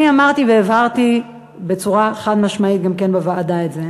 אני אמרתי והבהרתי בצורה חד-משמעית את זה גם בוועדה.